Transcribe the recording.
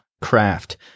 craft